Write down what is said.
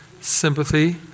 sympathy